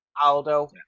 Aldo